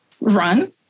run